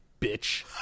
bitch